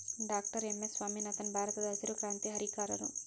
doctor M S Swaminathan ಭಾರತದಹಸಿರು ಕ್ರಾಂತಿಯ ಹರಿಕಾರರು